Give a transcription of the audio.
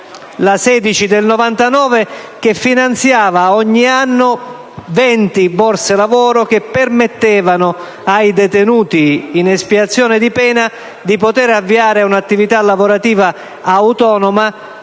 n. 16 del 1999 finanziava ogni anno 20 borse lavoro che permettevano ai detenuti in espiazione di pena di poter avviare un'attività lavorativa autonoma